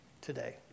today